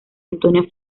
antonio